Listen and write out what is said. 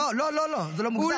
לא, זה מוגזם.